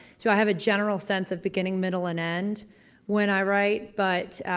so i have a general sense of beginning, middle and end when i write but,